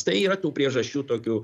tai yra tų priežasčių tokių